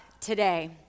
today